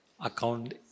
Account